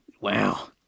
Wow